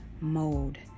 mode